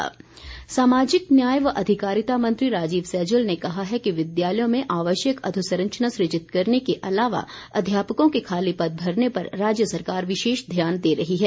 सैजल सामाजिक न्याय व अधिकारिता मंत्री राजीव सैजल ने कहा है कि विद्यालयों में आवश्यक अधोसंरचना सृजित करने के अलावा अध्यापकों के खाली पद भरने पर राज्य सरकार विशेष ध्यान दे रही है